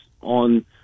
on